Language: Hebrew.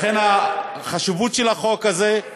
לכן החשיבות של החוק הזה,